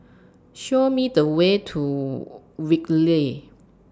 Show Me The Way to Whitley